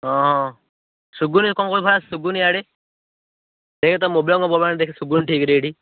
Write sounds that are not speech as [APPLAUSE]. ହଁ ଶୁଭୁନି କ'ଣ କହୁଛୁ ଶୁଭୁନି ଇଆଡ଼େ ସେହି କଥା [UNINTELLIGIBLE] ଶୁଭୁନି ଠିକ୍ରେ ଏଇଠି